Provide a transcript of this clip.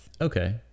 okay